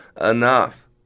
enough